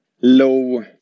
low